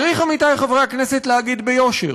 צריך, עמיתי חברי הכנסת, להגיד ביושר: